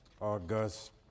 August